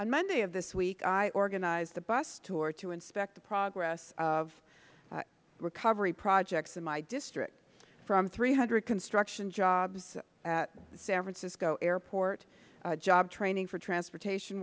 on monday of this week i organized a bus tour to inspect the progress of recovery projects in my district from three hundred construction jobs at san francisco airport job training for transportation